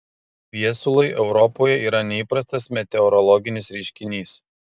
viesulai europoje yra neįprastas meteorologinis reiškinys